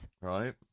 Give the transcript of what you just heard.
Right